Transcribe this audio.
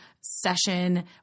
session